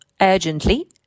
urgently